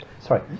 sorry